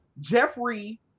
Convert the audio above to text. Jeffrey